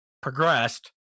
progressed